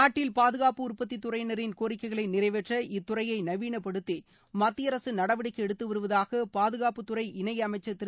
நாட்டில் பாதுகாப்பு உற்பத்தி துறையினரின் கோரிக்கைகளை நிறைவேற்ற இத்துறையை நவீனப்படுத்தி மத்திய அரசு நடவடிக்கை எடுத்து வருவதாக பாதுகாப்புத் துறை இணையமைச்சர் திரு